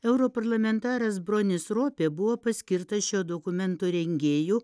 europarlamentaras bronis ropė buvo paskirtas šio dokumento rengėju